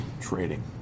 trading